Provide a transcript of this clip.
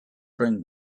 bring